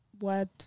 word